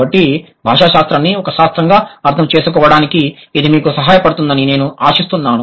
కాబట్టి భాషా శాస్త్రాన్ని ఒక శాస్త్రంగా అర్థం చేసుకోవడానికి ఇది మీకు సహాయపడుతుందని నేను ఆశిస్తున్నాను